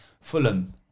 Fulham